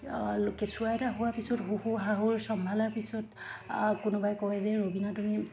কেঁচুৱাই এটা হোৱাৰ পিছত শহু শাহুৰ চম্ভালাৰ পিছত কোনোবাই কয় যে ৰবিনা তুমি